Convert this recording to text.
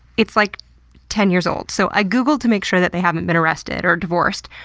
it's like ten years old, so i googled to make sure that they haven't been arrested, or divorced,